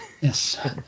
Yes